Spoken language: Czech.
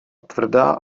tvrdá